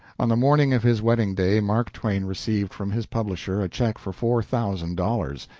on the morning of his wedding-day mark twain received from his publisher a check for four thousand dollars,